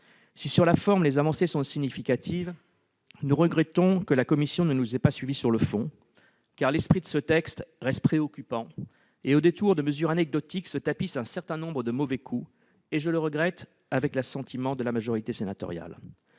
Si, sur la forme, les avancées sont significatives, nous regrettons que la commission ne nous ait pas suivis sur le fond, car l'esprit de ce texte reste préoccupant. Au détour de mesures anecdotiques se tapissent un certain nombre de mauvais coups, avec, je le regrette, l'assentiment de la majorité sénatoriale.